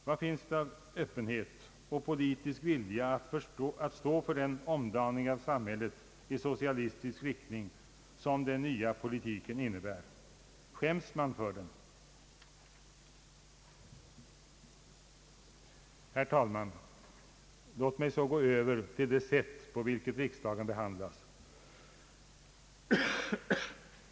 Vad finns det i allt detta av öppenhet och politisk vilja att stå för den omdaning av samhället i socialistisk riktning som den nya politiken innebär? Skäms man för den? Herr talman! Låt mig så gå över till det sätt på vilket riksdagen behandlas.